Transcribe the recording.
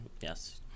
yes